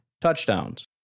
touchdowns